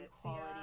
quality